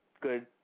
good